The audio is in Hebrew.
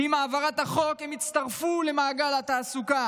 שעם העברת החוק הם יצטרפו למעגל התעסוקה